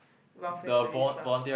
welfare Service Club